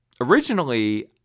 originally